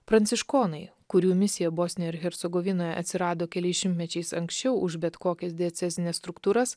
pranciškonai kurių misija bosnijoje ir hercogovinoje atsirado keliais šimtmečiais anksčiau už bet kokias diecezines struktūras